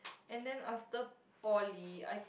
and then after poly I